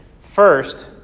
first